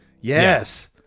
yes